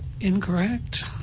Incorrect